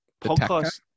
podcast